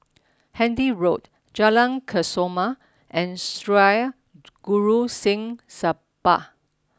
Handy Road Jalan Kesoma and Sri Guru Singh Sabha